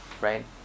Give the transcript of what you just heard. right